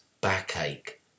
backache